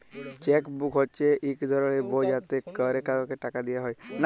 cheque book হছে ইক ধরলের বই যাতে ক্যরে কাউকে টাকা দিয়া হ্যয়